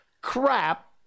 crap